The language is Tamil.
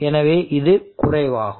எனவே இது குறைவாகும்